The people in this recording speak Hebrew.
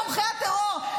תומכי הטרור,